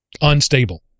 unstable